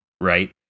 right